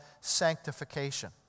sanctification